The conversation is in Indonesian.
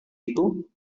itu